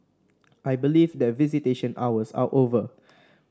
I believe that visitation hours are over